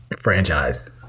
franchise